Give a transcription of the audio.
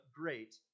great